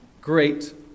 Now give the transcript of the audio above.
great